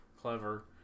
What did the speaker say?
clever